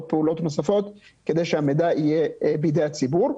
פעולות נוספות כדי שהמידע יהיה בידי הציבור,